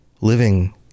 living